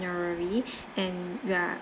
and you are